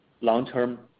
long-term